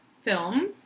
film